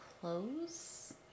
clothes